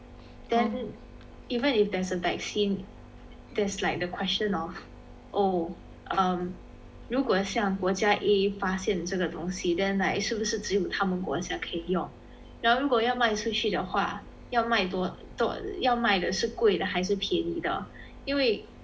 then even if there's a vaccine there's like the question of oh um 如果像国家 uh 发现这个东西 then like 是不是只有他们国家可以用然后如果要卖出去的话要卖多要卖的是贵还是便宜的因为